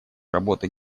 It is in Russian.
работы